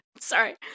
Sorry